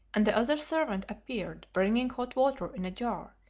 and the other servant appeared bringing hot water in a jar,